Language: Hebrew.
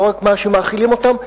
לא רק מה שמאכילים אותם,